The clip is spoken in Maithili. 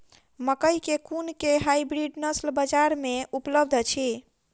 मकई केँ कुन केँ हाइब्रिड नस्ल बजार मे उपलब्ध अछि?